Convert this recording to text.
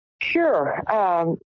Sure